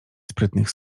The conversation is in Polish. sprytnych